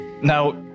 Now